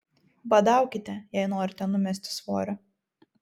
badaukite jei norite numesti svorio